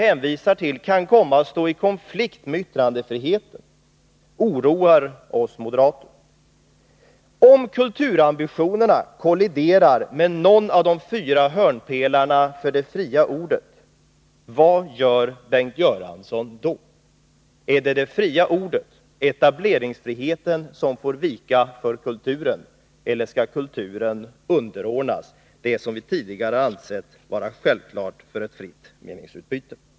Min fråga till kulturministern måste mot denna bakgrund bli: Om kulturambitionerna kolliderar med någon av de fyra hörnpelarna för det fria ordet, vad gör Bengt Göransson då? Är det det fria ordet, etableringsfriheten, som får vika för kulturen, eller skall kulturen underordnas det som vi tidigare ansett vara självklart för ett fritt meningsutbyte?